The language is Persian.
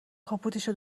کاپوتشو